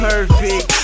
Perfect